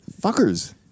Fuckers